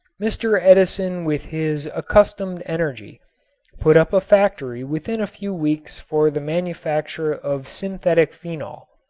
mr. edison with his accustomed energy put up a factory within a few weeks for the manufacture of synthetic phenol.